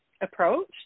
approach